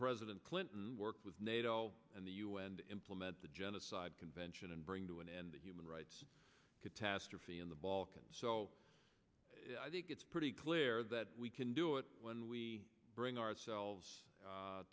president clinton work with nato and the un to implement the genocide convention and bring to an end the human rights catastrophe in the balkans so i think it's pretty clear that we can do it when we bring ourselves